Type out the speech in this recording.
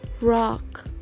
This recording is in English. rock